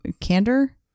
candor